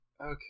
Okay